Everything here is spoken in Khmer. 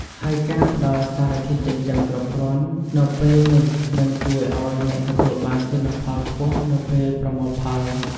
ហើយការផ្តល់សារធាតុចិញ្ចឹមគ្រប់គ្រាន់នៅពេលនេះនឹងជួយឱ្យអ្នកទទួលបានទិន្នផលខ្ពស់នៅពេលប្រមូលផល។